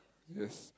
yes